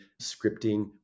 scripting